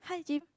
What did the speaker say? hi Jim